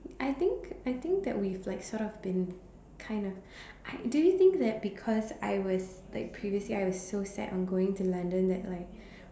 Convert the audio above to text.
I think I think that we've like sort of been kind of I do you think that because I was like previously I was so sad on going to London that like